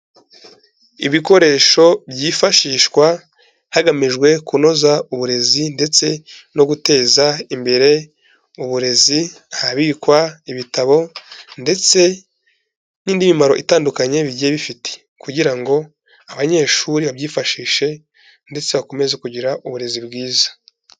Ibikoresho byifashishwa hagamijwe kunoza uburezi ndetse no guteza imbere uburezi, ahabikwa ibitabo ndetse n'indi mimaro itandukanye bigiye bifite, kugira ngo abanyeshuri babyifashishe ndetse bakomeze kugira uburezi bwiza.